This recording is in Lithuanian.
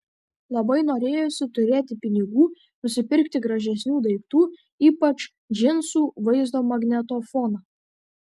labai norėjosi turėti pinigų nusipirkti gražesnių daiktų ypač džinsų vaizdo magnetofoną